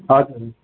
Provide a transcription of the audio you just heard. हजुर